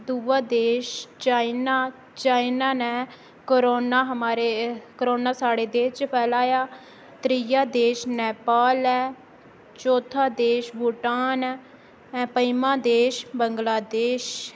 दूआ देश China China ने करोना हमारे करोना साढ़े देश च फैलाया त्रीआ देश नेपाल ऐ चौथा देश भूटान ऐ पजमां देश बंग्लादेश ऐ